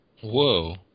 Whoa